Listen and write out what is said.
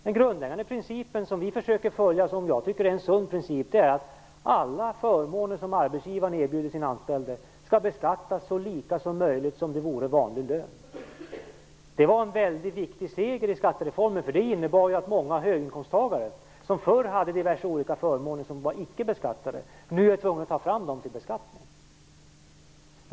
Den grundläggande principen, som vi försöker följa och som jag anser är sund, är att alla förmåner som arbetsgivaren erbjuder sina anställda skall beskattas så likt vanlig lön som möjligt. Det var en viktig seger i skattereformen, eftersom det innebar att många höginkomsttagare, som förr hade diverse förmåner som inte var beskattade, nu är tvunga att de upp dem till beskattning.